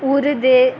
Urdu